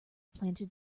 planted